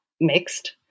mixed